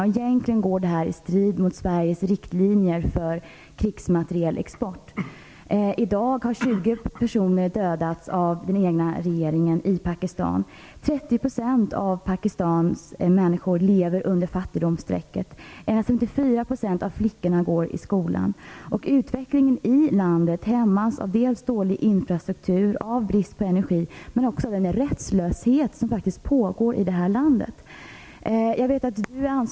Det som skett står egentligen i strid med Sveriges riktlinjer för krigsmatrielexport. I dag har 20 personer dödats av den egna regeringen i Pakistan. 30 % av människorna i Pakistan lever under fattigdomsstrecket. Endast 54 % av flickorna går i skolan. Utvecklingen i landet hämmas dels av dålig infrastruktur och brist på energi, dels av den rättslöshet som faktiskt pågår i detta land.